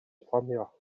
ffonio